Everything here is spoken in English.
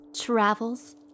travels